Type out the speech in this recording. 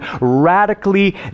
radically